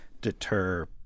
deter